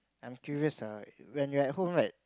I'm curious ah when you're at home right